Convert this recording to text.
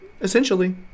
essentially